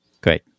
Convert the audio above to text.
Great